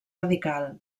radical